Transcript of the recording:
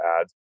ads